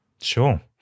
Sure